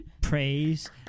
praise